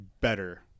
better